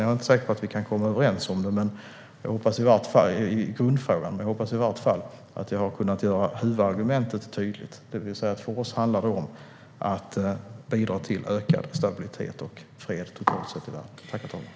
Jag är inte säker på att vi kan komma överens i grundfrågan, men jag hoppas i alla fall att jag har kunnat göra huvudargumentet tydligt. För oss handlar det om att bidra till ökad stabilitet och fred totalt sett i världen.